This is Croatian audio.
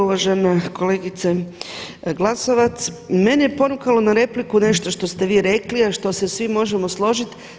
Uvažena kolegice Glasovac, mene je ponukalo na repliku nešto što ste vi rekli a što se svi možemo složiti.